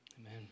Amen